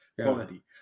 quality